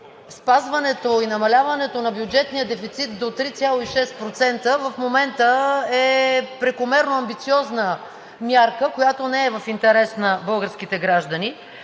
спазването и намаляването на бюджетния дефицит до 3,6% в момента е прекомерно амбициозна мярка, която не е в интерес на българските граждани,